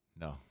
No